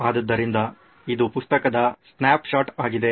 ಆದ್ದರಿಂದ ಇದು ಪುಸ್ತಕದ ಸ್ನ್ಯಾಪ್ಶಾಟ್ ಆಗಿದೆ